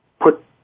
put